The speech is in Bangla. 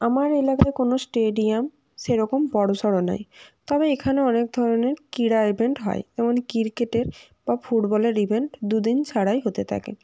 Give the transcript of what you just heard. আমার এলাকায় কোনো স্টেডিয়াম সেরকম বড়সড় নাই তবে এখানে অনেক ধরনের ক্রীড়া ইভেন্ট হয় যেমন ক্রিকেটের বা ফুটবলের ইভেন্ট দুদিন ছাড়াই হতে থাকে